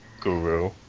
guru